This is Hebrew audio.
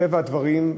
מטבע הדברים,